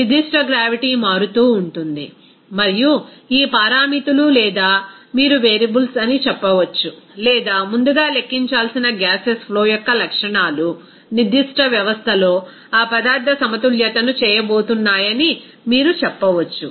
నిర్దిష్ట గ్రావిటీ మారుతూ ఉంటుంది మరియు ఈ పారామితులు లేదా మీరు వేరియబుల్స్ అని చెప్పవచ్చు లేదా ముందుగా లెక్కించాల్సిన గ్యాసెస్ ఫ్లో యొక్క లక్షణాలు నిర్దిష్ట వ్యవస్థలో ఆ పదార్థ సమతుల్యతను చేయబోతున్నాయని మీరు చెప్పవచ్చు